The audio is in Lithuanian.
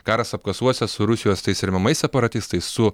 karas apkasuose su rusijos tais remiamais separatistais su